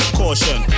caution